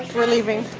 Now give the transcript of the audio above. we're leaving